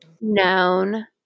known